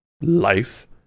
life